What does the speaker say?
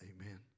Amen